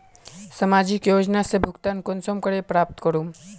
सामाजिक योजना से भुगतान कुंसम करे प्राप्त करूम?